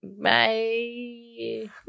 bye